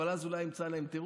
אבל אז אולי הוא ימצא להם תירוץ,